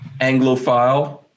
Anglophile